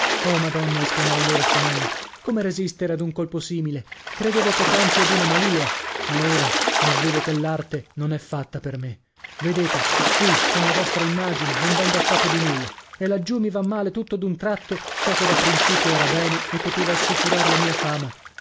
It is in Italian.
oh madonna esclamò allora spinello come resistere ad un colpo simile credevo poc'anzi ad una malìa ma ora mi avvedo che l'arte non è fatta per me vedete qui con la vostra immagine non vengo a capo di nulla e laggiù mi va male d'un tratto ciò che da principio era bene e poteva assicurar la mia fama